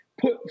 put